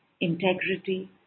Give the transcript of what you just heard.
integrity